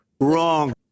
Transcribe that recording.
Wrong